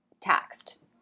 taxed